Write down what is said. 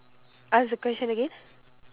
ask the question again